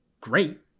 great